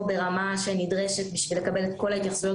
ברמה הנדרשת כדי לקבל את כל ההתייחסויות